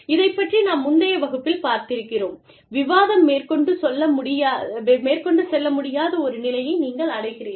இதைப் பற்றி நாம் முந்தைய வகுப்பில் பார்த்திருக்கிறோம் விவாதம் மேற்கொண்டு செல்ல முடியாத ஒரு நிலையை நீங்கள் அடைகிறீர்கள்